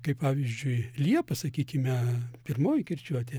kaip pavyzdžiui liepa sakykime pirmoji kirčiuotė